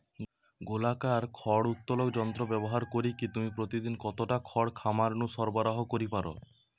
গোলাকার খড় উত্তোলক যন্ত্র ব্যবহার করিকি তুমি প্রতিদিন কতটা খড় খামার নু সরবরাহ করি পার?